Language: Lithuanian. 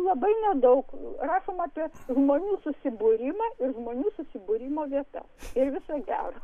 labai nedaug rašoma apie žmonių susibūrimą ir žmonių susibūrimo vieta ir viso gero